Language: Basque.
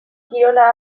kirola